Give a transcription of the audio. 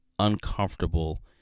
uncomfortable